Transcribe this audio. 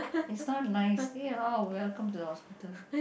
is not nice eh how welcome to our hospital